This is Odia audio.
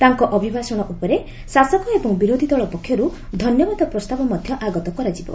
ତାଙ୍କ ଅଭିଭାଷଣ ଉପରେ ଶାସକ ଏବଂ ବିରୋଧୀ ଦଳ ପକ୍ଷରୁ ଧନ୍ୟବାଦ ପ୍ରସ୍ତାବ ମଧ୍ଧ ଆଗତ କରାଯିବ